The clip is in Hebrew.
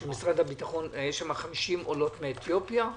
היו שם 50 עולות מאתיופיה.